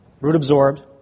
root-absorbed